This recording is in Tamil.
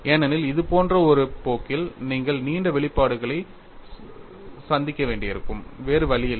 ஏனெனில் இது போன்ற ஒரு போக்கில் நீங்கள் நீண்ட வெளிப்பாடுகளை சந்திக்க வேண்டியிருக்கும் வேறு வழியில்லை